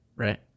right